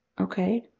Okay